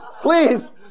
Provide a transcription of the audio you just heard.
please